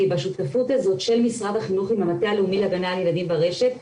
כי בשותפות הזאת של משרד החינוך עם המטה הלאומי להגנה על ילדים ברשת,